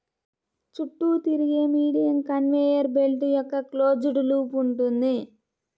చుట్టూ తిరిగే medium conveyor belt యొక్క క్లోజ్డ్ లూప్ ఉంటుంది